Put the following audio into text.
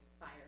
fire